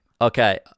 okay